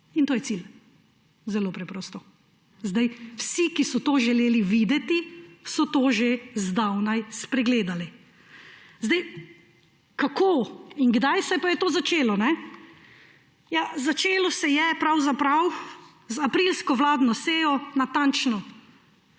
In to je cilj. Zelo preprosto. Vsi, ki so to želeli videti, so to že zdavnaj spregledali. Kako in kdaj se je pa to začelo? Začelo se je pravzaprav z aprilsko vladno sejo, natančno